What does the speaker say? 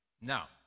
Now